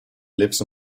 lives